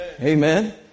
Amen